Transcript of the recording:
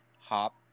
hop